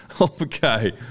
Okay